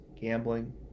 Gambling